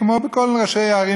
כמו כל ראשי הערים,